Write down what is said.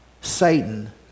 Satan